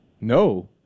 no